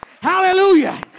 hallelujah